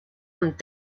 amb